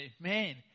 Amen